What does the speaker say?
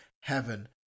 heaven